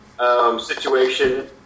Situation